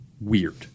weird